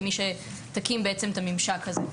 כמי שתקים את הממשק הזה.